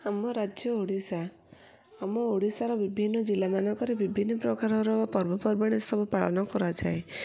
ଆମ ରାଜ୍ୟ ଓଡ଼ିଶା ଆମ ଓଡ଼ିଶାର ବିଭିନ୍ନ ଜିଲ୍ଲାମାନଙ୍କରେ ବିଭିନ୍ନି ପ୍ରକାରର ପର୍ବପର୍ବାଣୀ ସବୁ ପାଳନ କରାଯାଏ